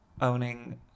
Owning